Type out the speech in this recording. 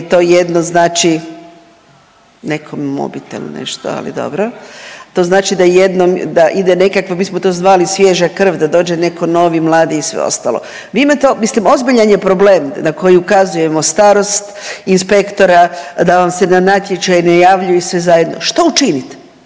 je to jedno znači, nekom mobitel nešto, ali dobro, to znači da ide nekakva mi smo to zvali svježa krv da dođe neko nov, mlad i sve ostalo. Mislim ozbiljan je problem na koji ukazujemo starost inspektora da vam se na natječaje ne javljaju i sve zajedno. Što učinit?